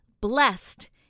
blessed